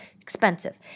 Expensive